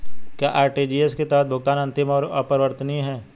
क्या आर.टी.जी.एस के तहत भुगतान अंतिम और अपरिवर्तनीय है?